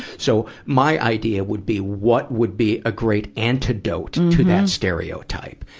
so, my idea would be, what would be a great antidote to that stereotype?